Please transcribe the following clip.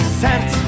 sent